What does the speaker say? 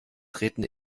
treten